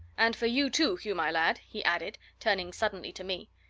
and for you too, hugh, my lad! he added, turning suddenly to me.